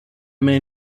may